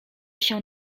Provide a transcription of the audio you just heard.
się